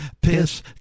piss